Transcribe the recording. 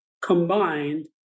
Combined